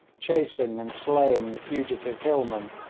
chasing and slaying the fugitive hillmen